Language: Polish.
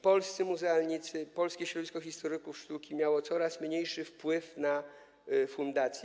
Polscy muzealnicy, polskie środowisko historyków sztuki miało coraz mniejszy wpływ na fundację.